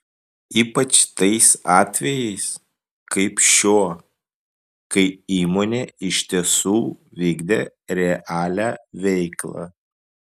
ypač tais atvejais kaip šiuo kai įmonė iš tiesų vykdė realią veiklą